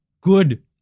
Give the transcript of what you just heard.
good